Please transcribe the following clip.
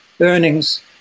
earnings